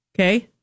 Okay